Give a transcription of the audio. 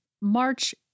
March